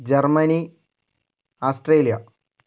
Germany Australia